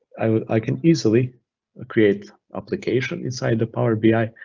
i can easily ah create application inside the power bi,